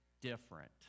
different